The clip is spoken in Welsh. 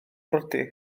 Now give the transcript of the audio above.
briodi